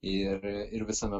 ir ir visame